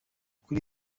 kuri